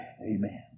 Amen